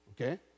okay